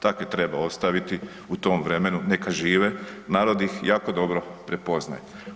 Takve treba ostaviti u tom vremenu neka žive, narod ih jako dobro prepoznaje.